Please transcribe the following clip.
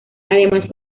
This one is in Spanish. además